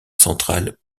centrale